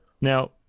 Now